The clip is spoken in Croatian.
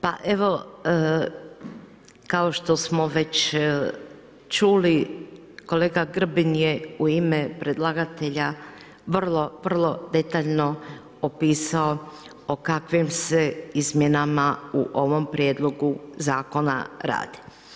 Pa evo kao što smo već čuli kolega Grbin je u ime predlagatelja vrlo, vrlo detaljno opisao o kakvim se izmjenama u ovom prijedlogu zakona radi.